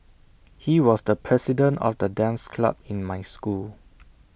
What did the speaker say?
he was the president of the dance club in my school